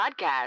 podcast